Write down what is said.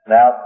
Now